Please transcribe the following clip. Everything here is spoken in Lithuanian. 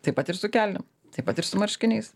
taip pat ir su kelnėm taip pat ir su marškiniais